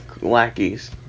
lackeys